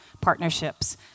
partnerships